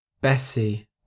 Bessie